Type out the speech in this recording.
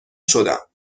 شدم